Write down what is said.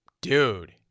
Dude